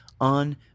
on